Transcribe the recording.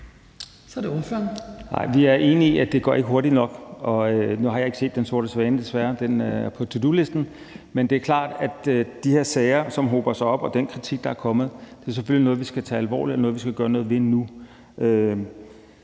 Så er det ordføreren.